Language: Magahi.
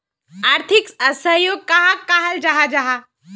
आर्थिक सहयोग कहाक कहाल जाहा जाहा?